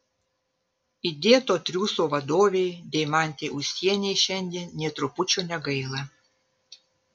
įdėto triūso vadovei deimantei ūsienei šiandien nė trupučio negaila